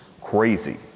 crazy